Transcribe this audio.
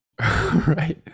right